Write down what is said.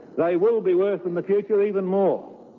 they will be worth in the future, even more.